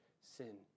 sin